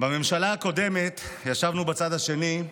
בממשלה הקודמת ישבנו בצד השני,